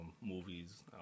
movies